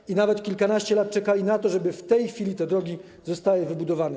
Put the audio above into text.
Ludzie nawet kilkanaście lat czekali na to, żeby w tej chwili te drogi zostały wybudowane.